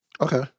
okay